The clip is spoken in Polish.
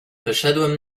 wyszedłem